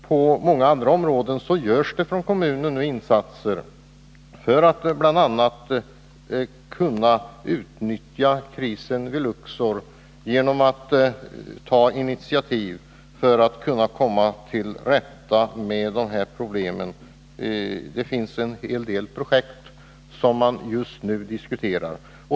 På många andra områden gör kommunen insatser för att komma till rätta med problemen. Det finns en hel del projekt som man just nu diskuterar.